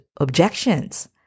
objections